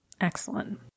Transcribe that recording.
Excellent